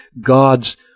God's